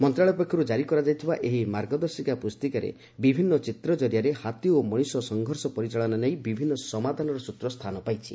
ମନ୍ତ୍ରଣାଳୟ ପକ୍ଷରୁ ଜାରୀ କରାଯାଇଥିବା ଏହି ମାର୍ଗଦର୍ଶିକା ପୁସ୍ତିକାରେ ବିଭିନ୍ନ ଚିତ୍ର ଜରିଆରେ ହାତୀ ଓ ମଣିଷ ସଂଘର୍ଷ ପରିଚାଳନା ନେଇ ବିଭିନ୍ନ ସମାଧାନର ସୂତ୍ର ସ୍ଥାନ ପାଇଛି